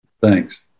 Thanks